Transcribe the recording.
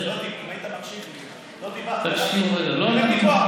אם היית מקשיב לי, תקשיב רגע.